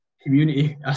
community